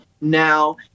now